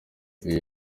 iyi